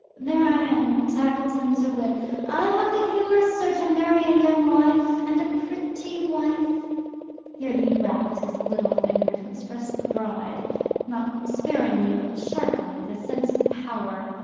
there i am, tackleton to wit i have the humour, sir, to marry a young wife, and a pretty wife here he rapped his little finger, to express the bride not sparingly, but sharply with a sense of power.